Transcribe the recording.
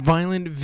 Violent